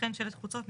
וכן שלט חוצות,